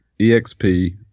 EXP